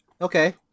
Okay